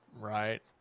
Right